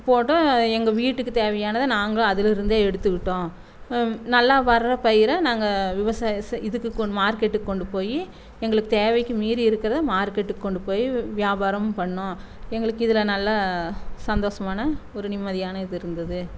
போட்டோம் எங்கள் வீட்டுக்கு தேவையானதை நாங்களும் அதுலேருந்தே எடுத்துக்கிட்டோம் நல்லா வர்ற பயிரை நாங்கள் விவசாயம் செய்து இதுக்கு கொண்டு மார்கெட்டுக்கு கொண்டு போய் எங்களுக்கு தேவைக்கு மீறி இருக்கிறத மார்கெட்டுக்கு கொண்டு போய் வியாபாரமும் பண்ணோம் எங்களுக்கு இதில் நல்லா சந்தோஷமான ஒரு நிம்மதியான இது இருந்தது